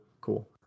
Cool